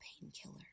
painkiller